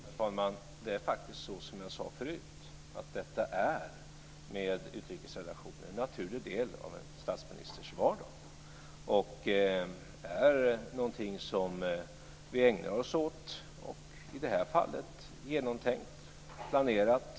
Herr talman! Det är så, som jag sade förut, att detta med utrikesrelationer är en naturlig del av en statsministers vardag. Det är någonting som vi ägnar oss åt på ett genomtänkt och planerat sätt.